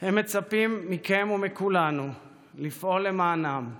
הם מצפים מכם ומכולנו לפעול למענם בוועדות,